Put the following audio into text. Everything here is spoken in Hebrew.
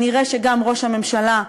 נראה שגם ראש הממשלה,